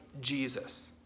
Jesus